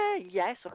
Yes